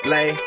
Lay